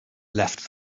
left